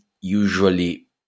usually